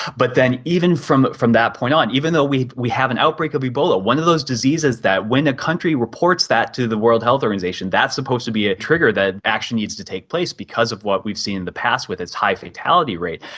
but then even from from that point on, even though we have an outbreak of ebola, one of those diseases that when a country reports that to the world health organisation, that's supposed to be a trigger that action needs to take place because of what we've seen in the past with its high fatality rate,